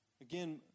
Again